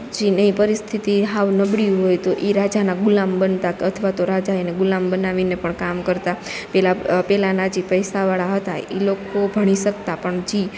જેની પરિસ્થિતિ હાવ નબળી હોય તો ઈ રાજાના ગુલામ બનતા કે અથવા તો રાજા એને ગુલામ બનાવીને પણ કામ કરતાં પેલા પેલાના જે પૈસાવાળા હતાં ઈ લોકો ભણી સકતા પણ જી